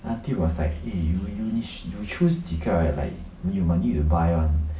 the aunty was like eh you 你 you choose 几个 right like you might need to buy one